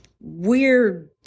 weird